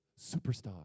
superstar